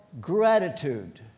gratitude